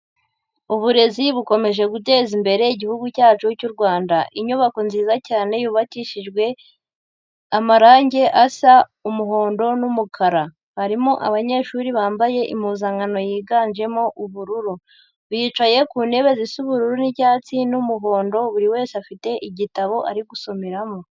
Uburezi bukomeje guteza imbere igihugu cyacu cy'u Rwanda. Inyubako nziza cyane yubakishijwe amarangi asa umuhondo n'umukara. Harimo abanyeshuri bambaye impuzankano yiganjemo ubururu, bicaye ku ntebe z'ubururu n'icyatsi n'umuhondo, buri wese afite igitabo ari gusomeramo.